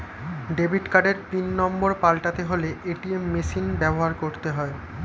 debit কার্ডের pin number পাল্টাতে হলে এ.টি.এম মেশিন ব্যবহার করতে হয়